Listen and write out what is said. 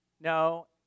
No